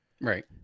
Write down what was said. Right